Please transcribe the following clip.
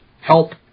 Help